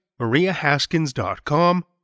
MariaHaskins.com